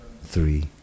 three